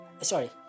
Sorry